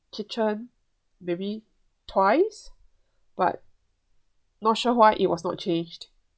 kitchen maybe twice but not sure why it was not changed